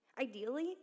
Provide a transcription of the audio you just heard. Ideally